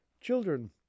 Children